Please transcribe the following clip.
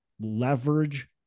leverage